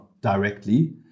directly